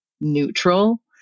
neutral